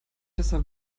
besser